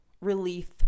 relief